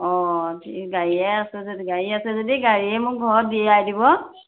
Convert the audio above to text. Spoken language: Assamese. অঁ গাড়ীয়ে আছে গাড়ী আছে যদি গাড়ীয়ে মোক ঘৰত দিয়াই দিব